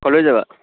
ক'লৈ যাবা